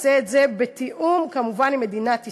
יעשה את זה כמובן בתיאום עם מדינת ישראל.